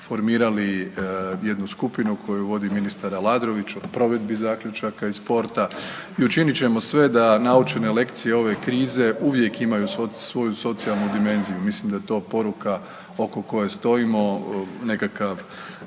formirali jednu skupinu koju vodi ministar Aladrović o provedbi zaključaka i sporta i učinit ćemo sve da naučene lekcije ove krize uvijek imaju svoju socijalnu dimenziju. Mislim da je to poruka oko koje stojimo, nekakav